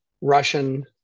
Russian